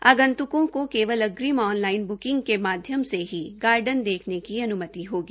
आगन्त्कों को केवल अग्रिम ऑन लाइन ब्किंग के माध्यम से ही गार्डन देखने की अन्मति होगी